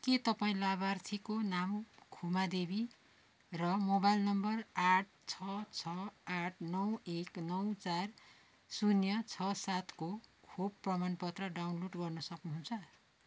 के तपाईँँ लाभार्थीको नाम खुमा देवी र मोबाइल नम्बर आठ छ छ आठ नौ एक नौ चार शून्य छ सातको खोप प्रमाणपत्र डाउनलोड गर्न सक्नुहुन्छ